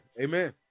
Amen